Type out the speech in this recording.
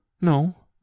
No